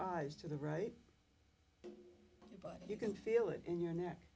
eyes to the right body you can feel it in your neck